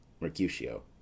Mercutio